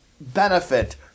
benefit